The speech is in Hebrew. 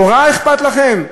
תורה אכפת לכם?